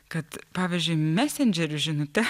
kad pavyzdžiui mesendžerio žinute